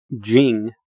jing